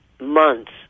months